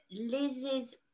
Liz's